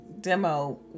demo